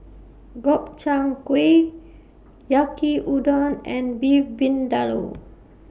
Gobchang Gui Yaki Udon and Beef Vindaloo